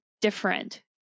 different